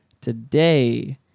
today